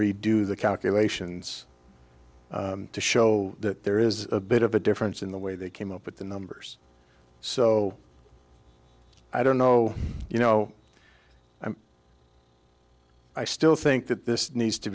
redo the calculations to show that there is a bit of a difference in the way they came up with the numbers so i don't know you know i'm i still think that this needs to